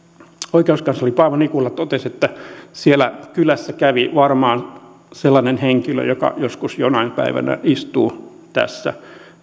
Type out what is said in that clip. oikeuskansleri paavo nikula totesi että siellä kylässä kävi varmaan sellainen henkilö joka jonain päivänä istuu tässä